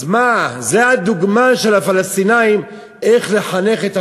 אז מה, זה הדוגמה של הפלסטינים איך לחנך?